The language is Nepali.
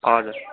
हजुर